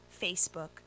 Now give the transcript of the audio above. Facebook